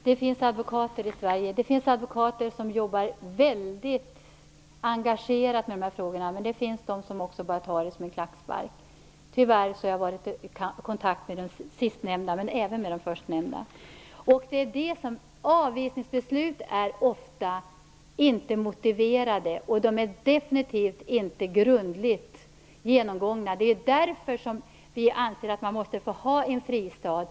Herr talman! Det finns advokater i Sverige som jobbar på ett väldigt engagerat sätt i de här frågorna, men det finns också de som tar det med en klackspark. Tyvärr har jag varit i kontakt med den sistnämnda gruppen, men även med den förstnämnda. Avvisningsbeslut är ofta inte motiverade och definitivt inte grundligt genomgångna. Därför anser vi att man måste kunna söka fristad.